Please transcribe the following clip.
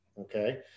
Okay